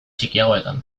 txikiagoetan